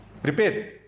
Prepare